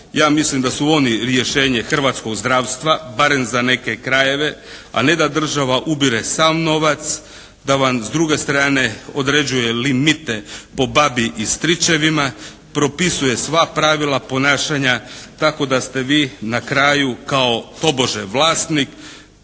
Ja mislim da su oni rješenje hrvatskog zdravstva barem za neke krajeve, a ne da država ubire sav novac, da vam s druge strane određuje limite po babi i stričevima, propisuje sva pravila ponašanja tako da ste vi na kraju kao tobože vlasnik